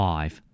Five